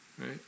Right